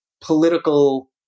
political